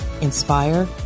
inspire